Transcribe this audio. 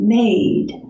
made